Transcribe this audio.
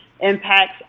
impacts